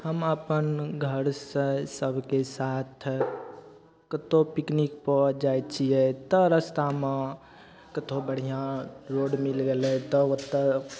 हम अपन घरसँ सबके साथ कतौ पिकनिकपर जाइ छियै तऽ रस्तामे कतौ बढ़िआँ रोड मिल गेलय तऽ ओत्तऽ